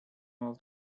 all